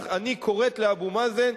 אני קוראת לאבו מאזן,